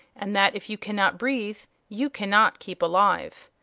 and that if you cannot breathe you cannot keep alive.